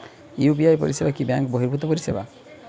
UPI পরিসেবা কি bank বর্হিভুত পরিসেবা?